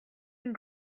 une